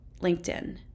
LinkedIn